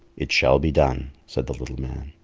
it shall be done, said the little man.